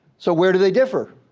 so where do they differ?